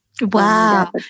Wow